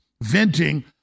venting